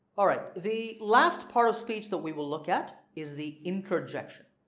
alright the last part of speech that we will look at is the interjection.